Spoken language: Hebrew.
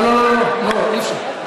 לא, לא, אי-אפשר.